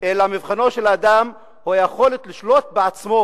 אלא מבחנו של האדם הוא היכולת לשלוט בעצמו,